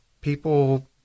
People